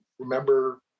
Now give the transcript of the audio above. remember